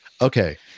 Okay